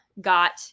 got